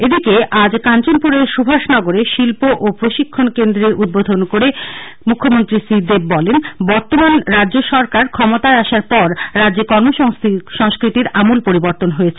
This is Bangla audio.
এদিকে আজ কাঞ্চনপুরের সুভাষনগরে শিল্প প্রশিক্ষণ কেন্দ্রের উদ্বোধন করে মুখ্যমন্ত্রী শ্রী দেব বলেন বর্তমান রাজ্য সরকার ক্ষমতায় আসার পর রাজ্যে কর্মসংস্কৃতির আমূল পরিবর্তন হয়েছে